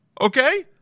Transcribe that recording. Okay